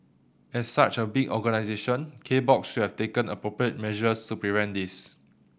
as such a big organisation K Box should have taken appropriate measures to prevent this